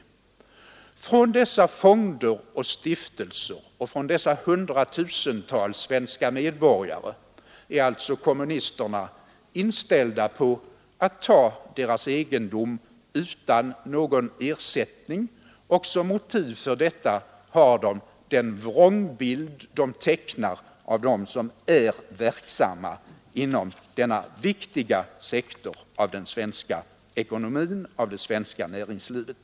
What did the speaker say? Från dessa fonder och stiftelser och från dessa hundratusentals svenska medborgare är alltså kommunisterna inställda på att ta deras egendom utan någon ersättning, och som motiv för detta har de den vrångbild de tecknar av dem som är verksamma inom denna viktiga sektor av den svenska ekonomin och av det svenska näringslivet.